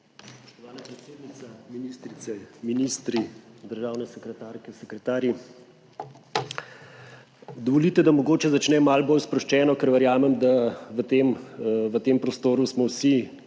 Spoštovana predsednica, ministrice, ministri, državne sekretarke, sekretarji! Dovolite, da mogoče začnem malo bolj sproščeno, ker verjamem, da v tem prostoru smo vsi